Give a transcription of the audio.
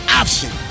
option